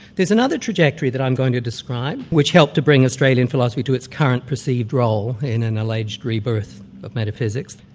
there's another trajectory that i'm going to describe, which helped to bring australian philosophy to its current perceived role in an alleged rebirth of metaphysics.